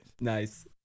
Nice